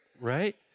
right